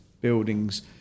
buildings